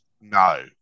no